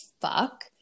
fuck